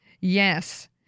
Yes